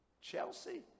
Chelsea